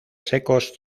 secos